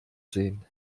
sehen